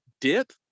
dip